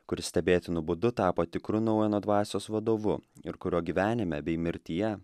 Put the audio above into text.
kuris stebėtinu būdu tapo tikru noueno dvasios vadovu ir kurio gyvenime bei mirtyje